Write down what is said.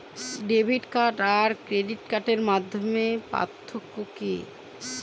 Debit card আর credit কার্ডের মধ্যে পার্থক্য কি?